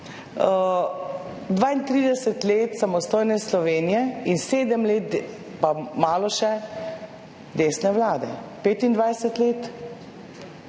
32 let samostojne Slovenije in sedem let pa še malo desne vlade, 25 let